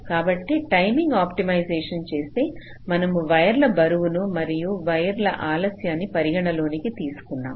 కాబట్టి timing optimisation చేస్తే మనము వైర్ల బరువులను మరియు వైర్ల ఆలస్యాన్ని పరిగణలోనికి తీసుకున్నాం